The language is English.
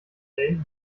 day